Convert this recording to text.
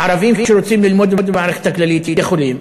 ערבים שרוצים ללמוד במערכת הכללית יכולים.